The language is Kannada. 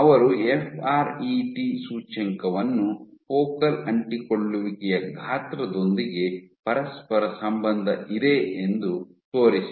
ಅವರು ಎಫ್ ಆರ್ ಇ ಟಿ ಸೂಚ್ಯಂಕವನ್ನು ಫೋಕಲ್ ಅಂಟಿಕೊಳ್ಳುವಿಕೆಯ ಗಾತ್ರದೊಂದಿಗೆ ಪರಸ್ಪರ ಸಂಬಂಧ ಇದೆ ಎಂದು ತೋರಿಸಿದ್ದಾರೆ